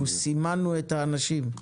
אנחנו סימנו את האנשים,